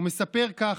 הוא מספר כך: